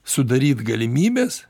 sudaryt galimybes